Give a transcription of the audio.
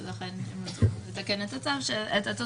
ולכן הם רוצים לתקן את התוספת.